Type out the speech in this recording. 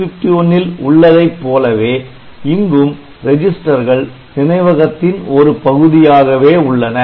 8051 ல் உள்ளதைப் போலவே இங்கும் ரெஜிஸ்டர்கள் நினைவகத்தின் ஒரு பகுதியாகவே உள்ளன